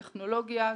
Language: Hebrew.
טכנולוגיה,